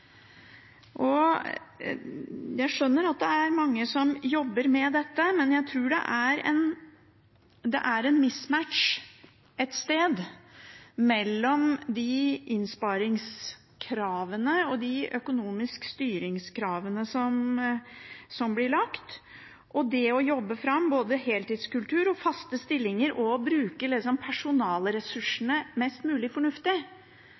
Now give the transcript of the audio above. Jeg skjønner at det er mange som jobber med dette, men jeg tror det er en «mismatch» et sted mellom de innsparingskravene og de økonomiske styringskravene som blir lagt, og det å jobbe fram både heltidskultur og faste stillinger og å bruke personalressursene mest mulig fornuftig.